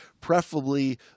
preferably